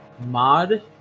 mod